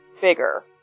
bigger